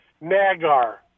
NAGAR